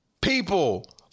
people